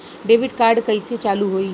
Debit card कइसे चालू होई?